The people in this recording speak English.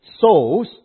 souls